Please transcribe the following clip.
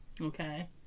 Okay